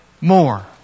more